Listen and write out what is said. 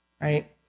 Right